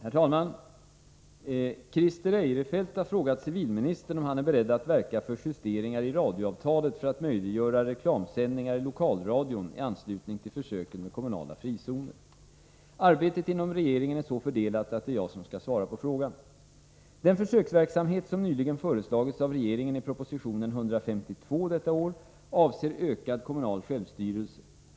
Herr talman! Christer Eirefelt har frågat civilministern om han är beredd att verka för justeringar i radioavtalet för att möjliggöra reklamsändningar i lokalradion i anslutning till försöken med kommunala frizoner. Arbetet inom regeringen är så fördelat att det är jag som skall svara på frågan. Den försöksverksamhet som nyligen föreslagits av regeringen i proposition 1983/84:152 avser ökad kommunal självstyrelse.